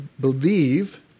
believe